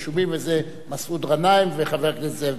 וזה מסעוד גנאים וחבר הכנסת זאב בילסקי.